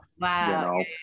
Wow